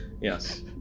Yes